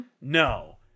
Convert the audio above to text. No